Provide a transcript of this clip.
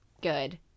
good